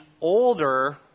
older